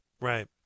Right